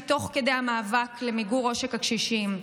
תוך כדי המאבק למיגור עושק הקשישים,